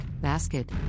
basket